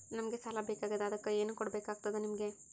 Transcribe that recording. ನಮಗ ಸಾಲ ಬೇಕಾಗ್ಯದ ಅದಕ್ಕ ಏನು ಕೊಡಬೇಕಾಗ್ತದ ನಿಮಗೆ?